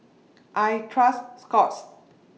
I Trust Scott's